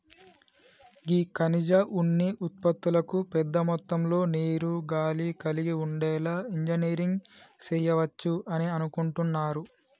గీ ఖనిజ ఉన్ని ఉత్పతులను పెద్ద మొత్తంలో నీరు, గాలి కలిగి ఉండేలా ఇంజనీరింగ్ సెయవచ్చు అని అనుకుంటున్నారు